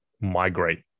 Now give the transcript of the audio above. migrate